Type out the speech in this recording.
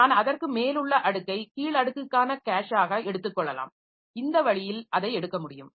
நான் அதற்கு மேல் உள்ள அடுக்கை கீழ் அடுக்குக்கான கேஷாக எடுத்துக்கொள்ளலாம் இந்த வழியில் அதை எடுக்க முடியும்